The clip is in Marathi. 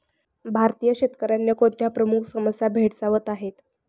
भारतीय शेतकऱ्यांना कोणत्या प्रमुख समस्या भेडसावत आहेत?